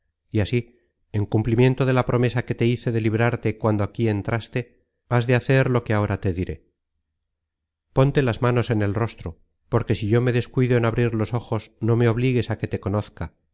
y así en cumplimiento de la promesa que te hice de librarte cuando aquí entraste has de hacer lo que ahora te diré ponte las manos en el rostro porque si yo me descuido en abrir los ojos no me obligues á que te conozca